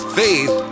faith